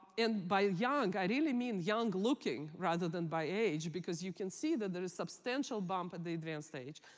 and by young, i really mean young-looking, rather than by age. because you can see that there is substantial bump at the advanced age.